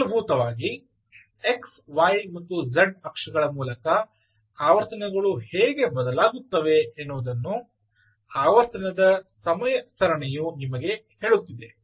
ಮೂಲಭೂತವಾಗಿ x y ಮತ್ತು z ಅಕ್ಷಗಳ ಮೂಲಕ ಆವರ್ತನಗಳು ಹೇಗೆ ಬದಲಾಗುತ್ತವೆ ಎನ್ನುವುದನ್ನು ಆವರ್ತನದ ಸಮಯ ಸರಣಿ ನಿಮಗೆ ಹೇಳುತ್ತಿದೆ